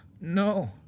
No